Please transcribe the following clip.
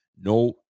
No